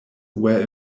were